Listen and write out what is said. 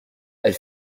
elle